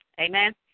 Amen